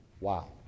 Wow